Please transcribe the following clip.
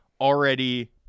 already